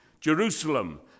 Jerusalem